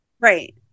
Right